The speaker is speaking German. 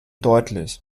deutlich